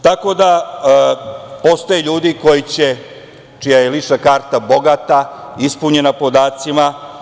Tako da, postoje ljudi čija je lična karta bogata, ispunjena podacima.